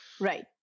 Right